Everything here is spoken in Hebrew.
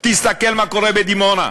תסתכל מה קורה בדימונה,